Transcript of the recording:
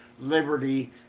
liberty